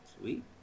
Sweet